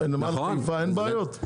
עם נמל חיפה אין בעיות?